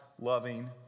loving